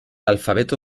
alfabeto